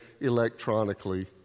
electronically